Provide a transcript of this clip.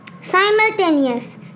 simultaneous